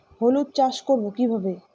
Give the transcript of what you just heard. হলুদ চাষ করব কিভাবে?